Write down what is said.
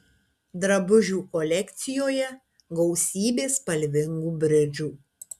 drabužių kolekcijoje gausybė spalvingų bridžų